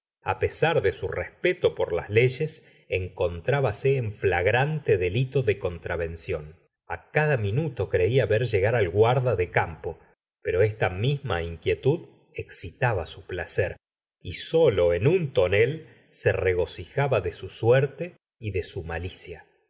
á pesar de su respeto por las leyes encontrábase en flagrante delito de contravención a cada minuto creía ver llegar al guarda de campa pero esta misma inquietud excitaba su placer y solo en un tonel se regocijaba de su suerte y de su malicia